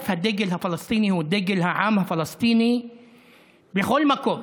הדגל הפלסטיני הוא דגל העם הפלסטיני בכל מקום.